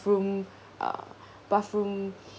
uh bathroom